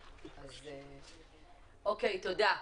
תודה.